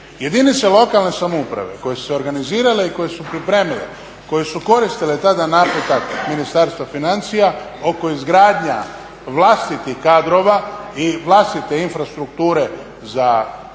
Jedinice lokalne samouprave koje su se organizirale i koje su pripremile, koje su koristile tada naputak Ministarstva financija oko izgradnja vlastitih kadrova i vlastite infrastrukture za izradu